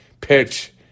pitch